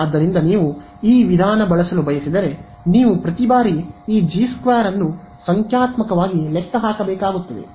ಆದ್ದರಿಂದ ನೀವು ಈ ವಿಧಾನ ಬಳಸಲು ಬಯಸಿದರೆ ನೀವು ಪ್ರತಿ ಬಾರಿ ಈ ಜಿ 2 ಅನ್ನು ಸಂಖ್ಯಾತ್ಮಕವಾಗಿ ಲೆಕ್ಕ ಹಾಕಬೇಕಾಗುತ್ತದೆ